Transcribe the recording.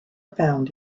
found